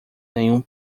nenhum